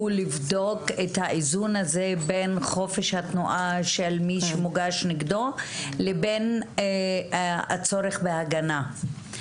לבדוק את האיזון הזה בין חופש התנועה של מי שמוגש נגדו לבין הצורך בהגנה.